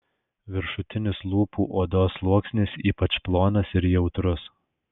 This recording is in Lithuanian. viršutinis lūpų odos sluoksnis ypač plonas ir jautrus